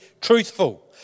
truthful